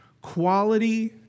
quality